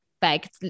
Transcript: back